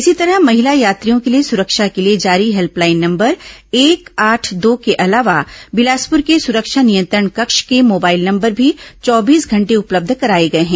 इसी तरह महिला यात्रियों के लिए सुरक्षा के लिए जारी हेल्पलाइन नंबर एक आठ दो के अलावा बिलासपुर के सुरक्षा नियंत्रण कक्ष के मोबाइल नंबर भी चौबीस घंटे उपलब्ध कराए गए हैं